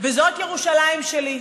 וזאת ירושלים שלי.